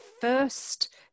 first